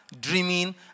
dreaming